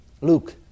Luke